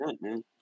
man